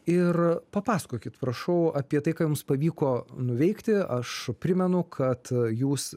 ir papasakokit prašau apie tai ką jums pavyko nuveikti aš primenu kad jūs